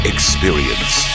Experience